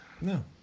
No